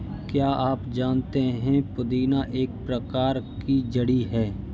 क्या आप जानते है पुदीना एक प्रकार की जड़ी है